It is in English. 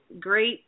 great